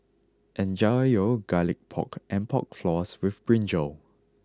enjoy your Garlic Pork and Pork Floss with Brinjal